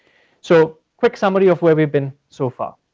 so, quick summary of where we've been so far.